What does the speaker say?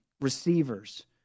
receivers